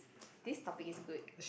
this topic is good